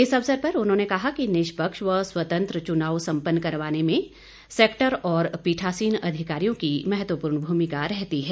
इस अवसर पर उन्होंने कहा कि निष्पक्ष व स्वतंत्र चनाव संपन्न करवाने में सैक्टर और पीठासीन अधिकारियों की महत्वपूर्ण भूमिका रहती है